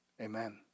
amen